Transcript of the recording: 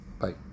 Bye